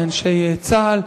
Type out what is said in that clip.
מאנשי צה"ל,